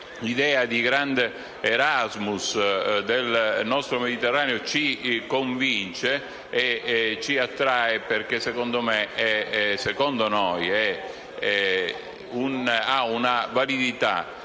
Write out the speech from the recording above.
l'idea di un grande Erasmus del nostro Mediterraneo, ci convince e ci attrae, perché - secondo noi - ha una validità